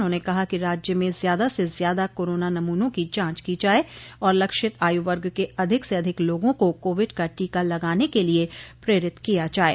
उन्होंन कहा कि राज्य में ज्यादा से ज्यादा कोरोना नमूनों की जांच की जाये और लक्षित आयु वर्ग के अधिक से अधिक लोगों को कोविड का टीका लगाने के लिये प्रेरित किया जाये